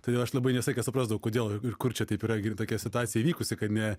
todėl aš labai ne visą laiką suprasdavau kodėl ir kur čia taip yra tokia situacija įvykusi kad ne